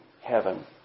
heaven